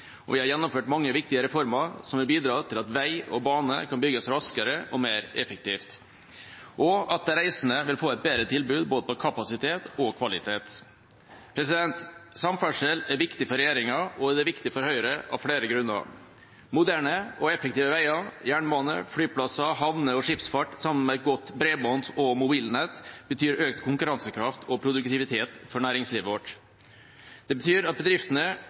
og vi har gjennomført mange viktige reformer som vil bidra til at vei og bane kan bygges raskere og mer effektivt, og at de reisende vil få et bedre tilbud, med hensyn til både kapasitet og kvalitet. Samferdsel er viktig for regjeringa og Høyre av flere grunner. Moderne og effektive veier, jernbane, flyplasser, havner og skipsfart, sammen med et godt bredbånds- og mobilnett, betyr økt konkurransekraft og produktivitet for næringslivet vårt. Det betyr at bedriftene